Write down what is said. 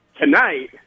tonight